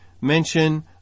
mention